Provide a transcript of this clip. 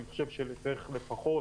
אני חושב שנצטרך לפחות